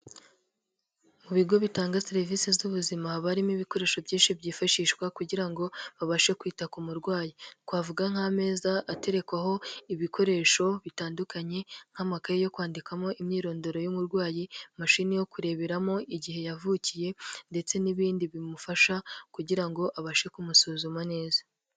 Mu bigo bitanga serivise z'ubuzima, haba harimo ibikoresho byinshi byifashishwa kugira ngo babashe kwita ku murwayi, twavuga nk'ameza aterekwaho ibikoresho bitandukanye nk'amakaye yo kwandikamo imyirondoro y'umurwayi, mashini yo kureberamo igihe yavukiye ndetse n'ibindi bimufasha kugira ngo abashe kumusuzuma neza.